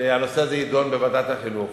שהנושא הזה יידון בוועדת החינוך.